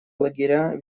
лагеря